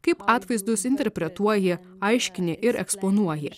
kaip atvaizdus interpretuoji aiškini ir eksponuoji